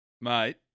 Mate